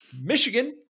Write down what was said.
Michigan